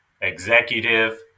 executive